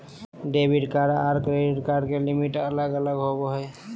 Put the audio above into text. debit card आर credit card के लिमिट अलग अलग होवो हय